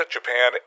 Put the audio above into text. Japan